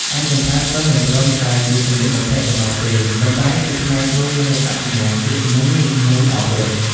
ឯកសណ្ឋានសិស្សមិនត្រឹមតែជាសម្លៀកបំពាក់ប៉ុណ្ណោះទេ ប៉ុន្តែជាផ្នែកមួយនៃអត្តសញ្ញាណជាតិ និងវិន័យអប់រំ។